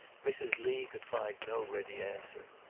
mrs. lee could find no ready answer.